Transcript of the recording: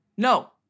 no